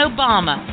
Obama